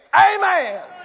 Amen